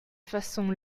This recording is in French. façon